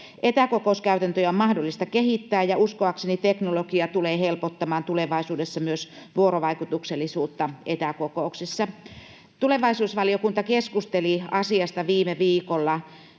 Etäko- kouskäytäntöjä on mahdollista kehittää, ja uskoakseni teknologia tulee helpottamaan tulevaisuudessa myös vuorovaikutuksellisuutta etäkokouksissa. Tulevaisuusvaliokunta keskusteli asiasta viime viikolla